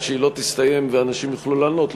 עד שהיא לא תסתיים ואנשים יוכלו לעלות,